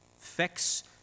Fix